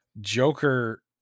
joker